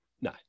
No